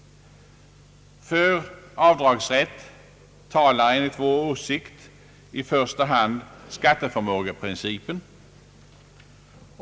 För avdragsrätt talar enligt vår åsikt i första hand skatteförmågeprincipen.